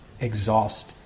exhaust